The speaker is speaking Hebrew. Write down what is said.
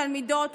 תלמידות,